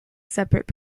separate